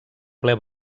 ple